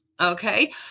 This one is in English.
Okay